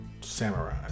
Samurai